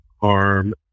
harm